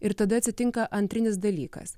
ir tada atsitinka antrinis dalykas